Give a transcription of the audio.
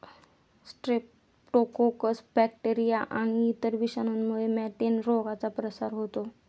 Streptococcus bacteria आणि इतर विषाणूंमुळे मॅटिन रोगाचा प्रसार होतो